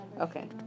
Okay